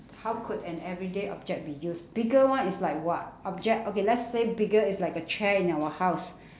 how could an everyday object be used bigger one is like what object okay lets say bigger is like a chair in our house